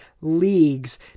leagues